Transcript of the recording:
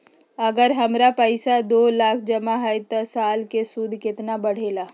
अगर हमर पैसा दो लाख जमा है त साल के सूद केतना बढेला?